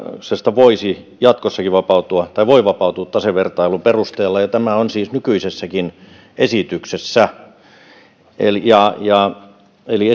voisi jatkossakin vapautua tai voi vapautua tasevertailun perusteella ja tämä on siis nykyisessäkin esityksessä eli